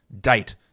date